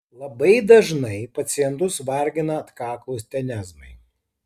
labai dažnai pacientus vargina atkaklūs tenezmai